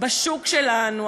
בשוק שלנו,